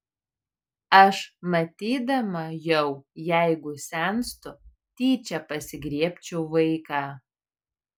aš matydama jau jeigu senstu tyčia pasigriebčiau vaiką